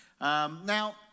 Now